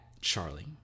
Charlie